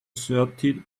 thirty